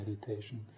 meditation